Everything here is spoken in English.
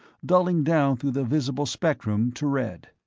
dulling down through the visible spectrum to red.